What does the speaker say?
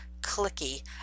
clicky